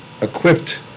equipped